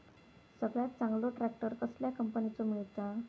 सगळ्यात चांगलो ट्रॅक्टर कसल्या कंपनीचो मिळता?